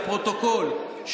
לפרוטוקול: